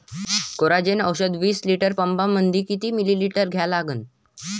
Coragen औषध विस litre पंपामंदी किती मिलीमिटर घ्या लागन?